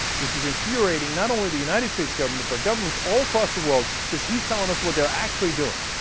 which is infuriating, not only the united states government, but governments all across the world, because he's telling us what they're actually doing,